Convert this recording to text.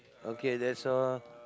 okay that's all